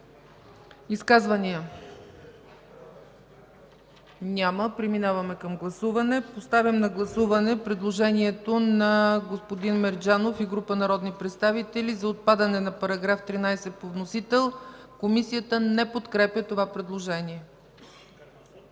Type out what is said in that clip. Изказвания? Няма. Поставям на гласуване предложението на господин Мерджанов и група народни представители за отпадане на § 13 по вносител. Комисията не подкрепя това предложение.